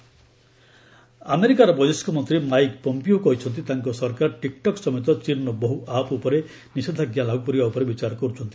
US Chinese app America ବୈଦେଶିକ ମନ୍ତ୍ରୀ Mike Pompeo କହିଛନ୍ତି ତାଙ୍କ ସରକାର ଟିକ୍ଟକ୍ ସମେତ ଚୀନ୍ର ବହୁ ଆପ୍ ଉପରେ ନିଷେଧାଞ୍ଜା ଲାଗୁ କରିବା ଉପରେ ବିଚାର କରୁଛନ୍ତି